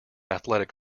athletic